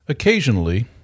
Occasionally